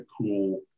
cool